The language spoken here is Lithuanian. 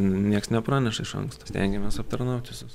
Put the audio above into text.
nieks nepraneša iš anksto stengiamės aptarnaut visus